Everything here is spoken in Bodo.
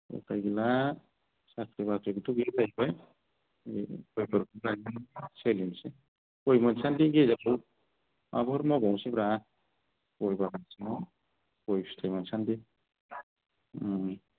उफाय गैला साख्रि बाख्रिबोथ' गैया जाहैबाय बेनो गय मोनसान्दि आबाद मावबावनोसैब्रा गय बागान सिङाव गय फिथाइ मोनसान्दि